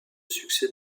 succès